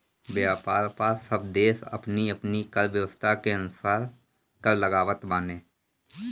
व्यापार पअ सब देस अपनी अपनी कर व्यवस्था के अनुसार कर लगावत बाने